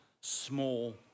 small